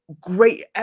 great